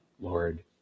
Lord